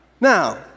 Now